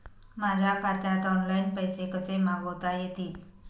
माझ्या खात्यात ऑनलाइन पैसे कसे मागवता येतील?